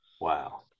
Wow